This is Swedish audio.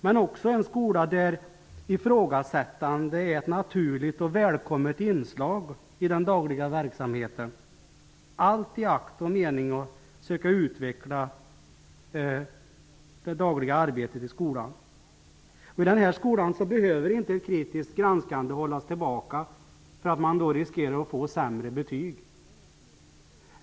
Det är också en skola där ifrågasättande är ett naturligt och välkommet inslag i den dagliga verksamheten -- allt i akt och mening att söka utveckla det dagliga arbetet i skolan. I denna skola behöver man inte hålla tillbaka ett kritiskt granskande för att man riskerar att få sämre betyg.